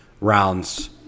rounds